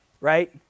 right